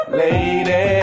lady